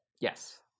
Yes